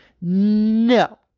No